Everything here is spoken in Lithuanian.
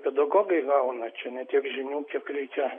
pedagogai gauna čia ne tiek žinių kiek reikia